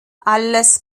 alles